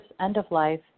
end-of-life